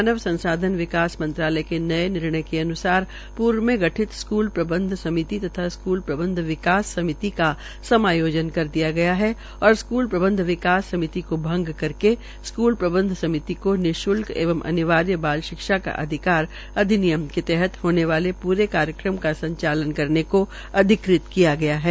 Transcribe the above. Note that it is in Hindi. मानव संसाधन विकास मंत्रालय के नये निर्णय अन्सार पूर्व में गठित स्कूल प्रबंध समिति तथा स्कूल विकास समिति का समायोजन कर दिया गया है और स्कूल प्रबंध विकास समिति को भंग करके स्कूल प्रबंध समिति को निश्ल्क एवं अनिवार्य बाल विकास का अधिकार अधिनियम के तहत होने वाले प्रे कार्यक्रम का संचालन करने को अधिकृत किया गया हे